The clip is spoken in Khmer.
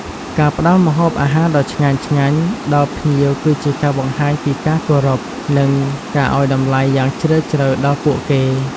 ការផ្តល់ម្ហូបអាហារដ៏ឆ្ងាញ់ៗដល់ភ្ញៀវគឺជាការបង្ហាញពីការគោរពនិងការឲ្យតម្លៃយ៉ាងជ្រាលជ្រៅដល់ពួកគេ។